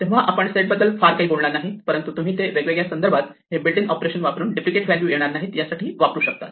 तेव्हा आपण सेट बद्दल फार काही बोलणार नाहीत परंतु तुम्ही ते वेगवेगळ्या संदर्भात हे बिल्ट इन ऑपरेशन वापरून डुप्लिकेट व्हॅल्यू येणार नाहीत यासाठी वापरू शकतात